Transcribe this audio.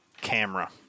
camera